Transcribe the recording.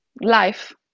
life